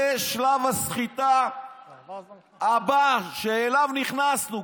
זה שלב הסחיטה הבא שאליו נכנסנו.